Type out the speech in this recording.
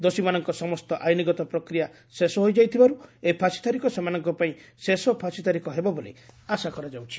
ଦୋଷୀମାନଙ୍କ ସମସ୍ତ ଆଇନଗତ ପ୍ରକ୍ରିୟା ଶେଷ ହୋଇଯାଇଥିବାରୁ ଏହି ଫାଶୀ ତାରିଖ ସେମାନଙ୍ପାଇଁ ଶେଷ ଫାଶୀ ତାରିଖ ହେବ ବୋଲି ଆଶା କରାଯାଉଛି